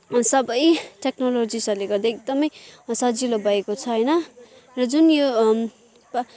सबै टेक्नोलोजिसहरूले गर्दा एकदमै सजिलो भएको छ होइन र जुन यो अब